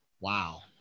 Wow